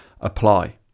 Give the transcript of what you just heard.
apply